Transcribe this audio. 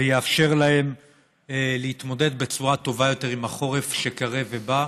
ויאפשר להם להתמודד בצורה טובה יותר עם החורף שקרב ובא.